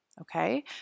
Okay